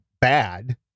bad